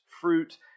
fruit